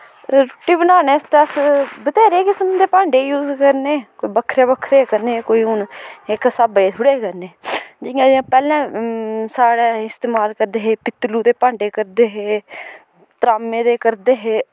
रुट्टी बनाने आस्तै अस बथ्हेरे किसम दे भांडें यूज करने कोई बक्खरे बक्खरे ई करने कोई हून इक स्हाबै थोह्डे करने जियां एह् पैह्ले साढ़ै इस्तमाल करदे हे पित्तलु दे भांडे करदे हे त्राम्में दे करदे हे